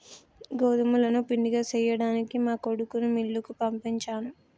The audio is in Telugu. గోదుములను పిండిగా సేయ్యడానికి మా కొడుకుని మిల్లుకి పంపించాను